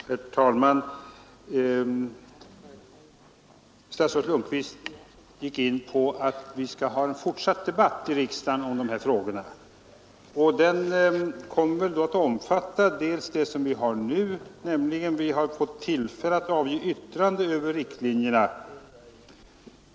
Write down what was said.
Herr talman! Statsrådet Lundkvist sade att vi skall ha en fortsatt debatt i riksdagen om dessa frågor. Detta kommer väl då att innebära att vi som nu bereds tillfälle att avge yttranden över riktlinjerna.